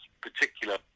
particular